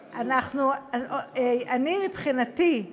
אני מכבדת שרים בישראל.